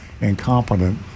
incompetent